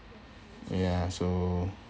ya so